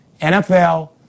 NFL